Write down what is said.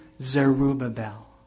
Zerubbabel